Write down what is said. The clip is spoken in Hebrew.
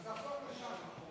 אז נחזור לשם.